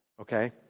okay